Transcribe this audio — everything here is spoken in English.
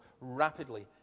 rapidly